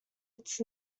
its